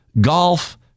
golf